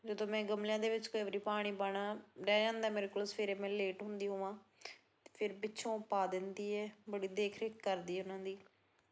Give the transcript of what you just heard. ਜਦੋਂ ਮੈਂ ਗਮਲਿਆਂ ਦੇ ਵਿੱਚ ਕਈ ਵਾਰੀ ਪਾਣੀ ਪਾਉਣਾ ਰਹਿ ਜਾਂਦਾ ਮੇਰੇ ਕੋਲੋਂ ਸਵੇਰੇ ਮੈਂ ਲੇਟ ਹੁੰਦੀ ਹੋਵਾਂ ਤਾਂ ਫਿਰ ਪਿੱਛੋਂ ਪਾ ਦਿੰਦੀ ਹੈ ਬੜੀ ਦੇਖ ਰੇਖ ਕਰਦੀ ਹੈ ਉਹਨਾਂ ਦੀ